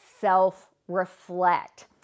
self-reflect